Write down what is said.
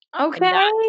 Okay